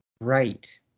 Right